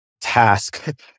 task